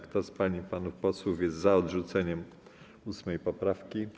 Kto z pań i panów posłów jest za odrzuceniem 8. poprawki,